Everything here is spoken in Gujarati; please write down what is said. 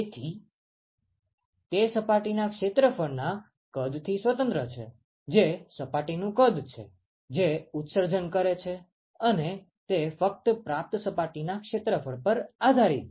તેથી તે સપાટીના ક્ષેત્રફળ ના કદથી સ્વતંત્ર છે જે સપાટીનું કદ છે જે ઉત્સર્જન કરે છે અને તે ફક્ત પ્રાપ્ત સપાટીના ક્ષેત્રફળ પર આધારિત છે